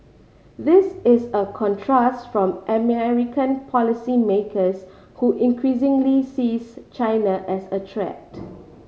this is a contrast from American policymakers who increasingly sees China as a threat